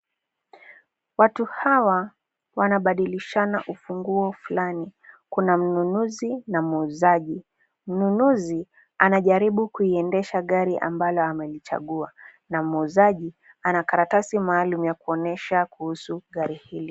Watu hawa, wanabadilishana ufunguo fulani. Kuna mnunuzi na muuzaji. Mnunuzi, anajaribu kuiendesha gari ambalo amelichagua, na muuzaji ana karatasi maalum ya kuonyesha kuhusu gari hili.